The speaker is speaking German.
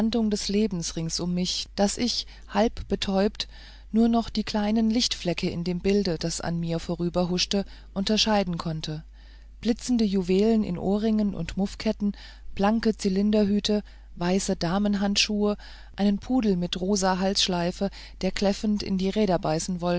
des lebens rings um mich daß ich halb betäubt nur noch die kleinen lichtflecke in dem bilde das an mir vorüberhuschte unterscheiden konnte blitzende juwelen in ohrringen und muffketten blanke zylinderhüte weiße damenhandschuhe einen pudel mit rosa halsschleife der kläffend in die